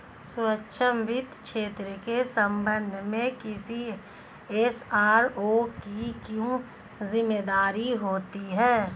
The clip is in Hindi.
सूक्ष्म वित्त क्षेत्र के संबंध में किसी एस.आर.ओ की क्या जिम्मेदारी होती है?